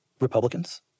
Republicans